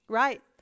right